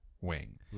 wing